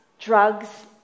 drugs